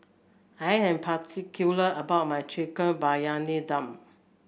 I am particular about my Chicken Briyani Dum